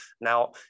now